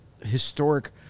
Historic